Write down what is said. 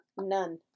None